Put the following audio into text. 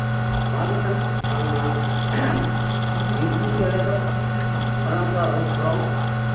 ᱱᱚᱣᱟᱜᱮ ᱠᱟᱱᱟ ᱵᱟᱝᱢᱟ ᱵᱤᱨᱼᱵᱩᱨᱩ ᱪᱮᱬᱮ ᱫᱚ ᱚᱱᱮ ᱚᱱᱠᱟ ᱨᱩᱯ ᱨᱚᱝ